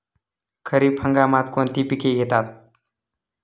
खरीप हंगामात कोणती पिके घेतात?